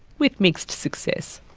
with mixed success.